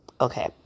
okay